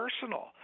personal